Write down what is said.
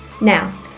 now